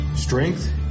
Strength